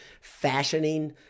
fashioning